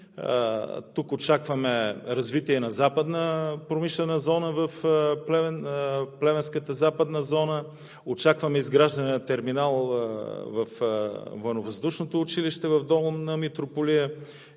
Тук очакваме развитие на западната промишлена зона в Плевенската западна зона, очакваме изграждане на терминал във Военновъздушното училище в Долна Митрополия